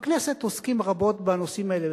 בכנסת עוסקים רבות בנושאים האלה.